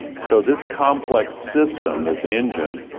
so this complex system, this engine,